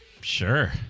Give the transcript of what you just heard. Sure